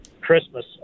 Christmas